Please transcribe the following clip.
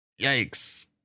Yikes